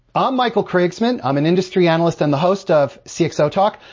i'm michael krigsman. i'm an industry analyst and the host of cxotalk.